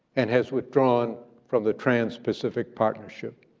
and has withdrawn from the trans-pacific partnership.